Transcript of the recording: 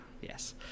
yes